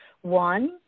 One